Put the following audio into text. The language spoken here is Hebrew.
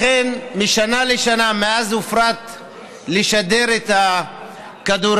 לכן, משנה לשנה, מאז הופרטו שידור הכדורגל,